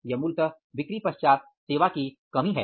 यह मूलतः बिक्री पश्चात सेवा की कमी है